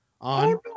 on